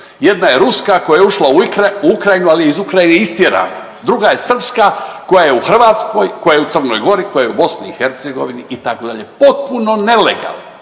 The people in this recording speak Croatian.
jedna je ruska koja je ušla u Ukrajinu, ali iz Ukrajine je istjerana. Druga je srpska koja je u Hrvatskoj, koja je u Crnoj Gori, koja je u BiH, itd., potpuno nelegalno,